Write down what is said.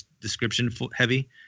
description-heavy